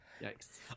Yikes